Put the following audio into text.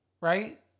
right